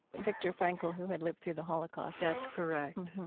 victor frankl, who had lived through the holocaust that's correct.